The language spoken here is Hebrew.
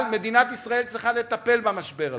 מדינת ישראל צריכה לטפל במשבר הזה,